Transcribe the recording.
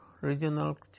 regional